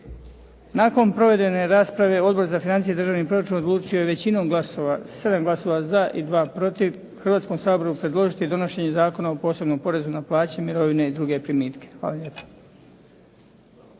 Nakon provedene rasprave Odbor za financije i državni proračun odlučio je većinom glasova, 7 glasova za i 2 protiv, Hrvatskom saboru predložiti donošenje Zakona o posebnom porezu na plaće, mirovine i druge primitke. Hvala lijepo.